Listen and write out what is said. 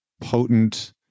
potent